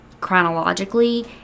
chronologically